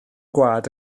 gwaed